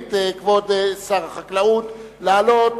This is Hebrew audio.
58 ו-58א לתקנון הכנסת נתקבלה.